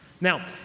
Now